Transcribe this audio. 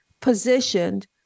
positioned